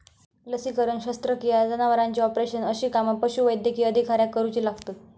लसीकरण, शस्त्रक्रिया, जनावरांचे ऑपरेशन अशी कामा पशुवैद्यकीय अधिकाऱ्याक करुची लागतत